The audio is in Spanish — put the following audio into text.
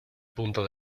punto